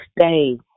stay